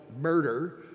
murder